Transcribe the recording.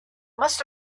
must